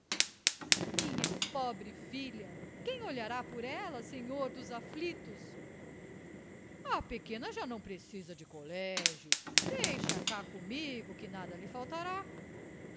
minha pobre filha quem olhará por ela senhor dos aflitos a pequena já não precisa de colégio deixe-a cá comigo que nada lhe faltará